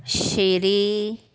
ਸ਼੍ਰੀ